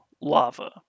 lava